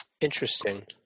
interesting